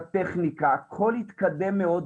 הטכניקה הכל התקדם מאוד,